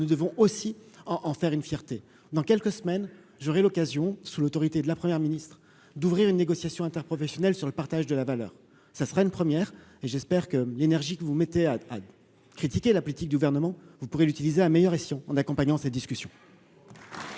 nous devons aussi en en faire une fierté dans quelques semaines, j'aurai l'occasion sous l'autorité de la Première ministre d'ouvrir une négociation interprofessionnelle sur le partage de la valeur, ça serait une première et j'espère que l'énergie que vous mettez à critiquer la politique du gouvernement, vous pourrez l'utiliser à meilleur escient en accompagnant ces discussions.